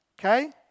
okay